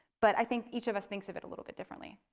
but i think each of us thinks of it a little bit differently.